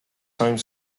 same